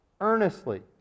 earnestly